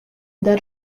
that